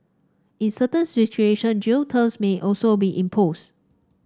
in certain situation jail terms may also be imposed